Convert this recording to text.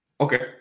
Okay